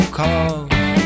calls